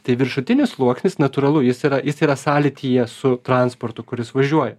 tai viršutinis sluoksnis natūralu jis yra jis yra sąlytyje su transportu kuris važiuoja